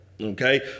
okay